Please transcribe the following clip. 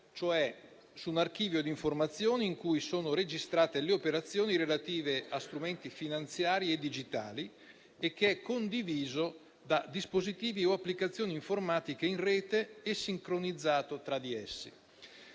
cioè su un archivio di informazioni in cui sono registrate le operazioni relative a strumenti finanziari e digitali e che è condiviso da dispositivi o applicazioni informatiche in rete e sincronizzato tra di essi.